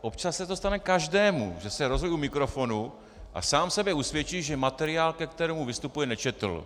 Občas se to stane každému, že se rozhovoří u mikrofonu a sám sebe usvědčí, že materiál, ke kterému vystupuje, nečetl.